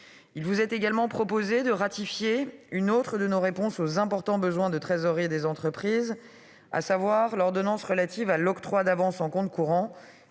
Il vous est également proposé de ratifier une autre de nos réponses aux importants besoins de trésorerie des entreprises, à savoir l'ordonnance relative à l'octroi d'avances en compte courant